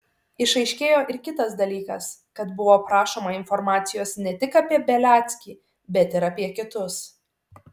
išaiškėjo ir kitas dalykas kad buvo prašoma informacijos ne tik apie beliackį bet ir apie kitus